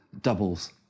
doubles